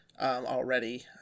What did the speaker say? already